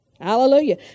Hallelujah